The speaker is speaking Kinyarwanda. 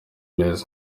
meza